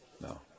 no